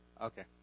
Okay